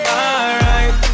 alright